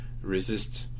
resist